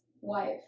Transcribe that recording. Wife